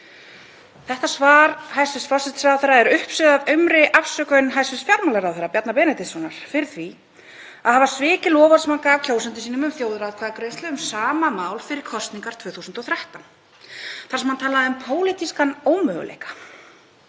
Þetta svar hæstv. forsætisráðherra er uppsuða af aumri afsökun hæstv. fjármálaráðherra Bjarna Benediktssonar fyrir því að hafa svikið loforð sem hann gaf kjósendum sínum um þjóðaratkvæðagreiðslu um sama mál fyrir kosningar 2013, þar sem hann talaði um pólitískan ómöguleika.